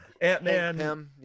Ant-Man